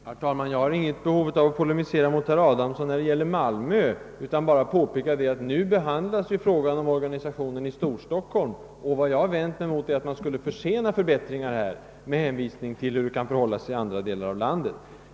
Herr talman! Jag har inget behov av att polemisera mot herr Adamsson när det gäller Malmö, utan vill bara påpeka att vi nu behandlar frågan om organisationen i Storstockholm. Vad jag har vänt mig mot är att man skulle försena förbättringar här med hänvisning till hur det kan förhålla sig i andra delar av landet.